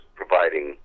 providing